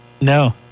No